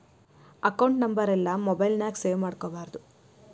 account ನಂಬರೆಲ್ಲಾ mobile ನ್ಯಾಗ save ಮಾಡ್ಕೊಬಾರ್ದು